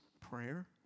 prayer